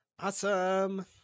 Awesome